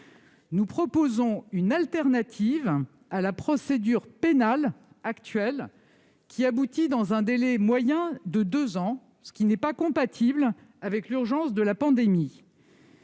Nous proposons une alternative à la procédure pénale en vigueur, laquelle aboutit dans un délai moyen de deux ans, ce qui n'est pas compatible avec l'urgence de la pandémie.